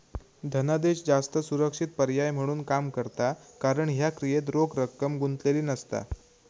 धनादेश जास्त सुरक्षित पर्याय म्हणून काम करता कारण ह्या क्रियेत रोख रक्कम गुंतलेली नसता